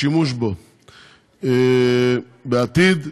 לכן החוק הזה בא לעגן ולהבטיח את התקציב ואת השימוש בו בעתיד.